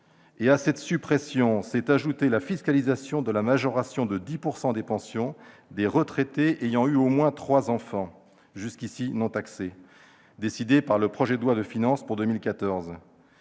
À cette suppression s'est ajoutée la fiscalisation de la majoration de 10 % des pensions des retraités ayant eu au moins trois enfants, jusqu'alors non taxée, décidée dans le cadre du projet de loi de finances pour 2014.